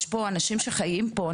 יש פה אנשים שחיים פה.